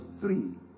three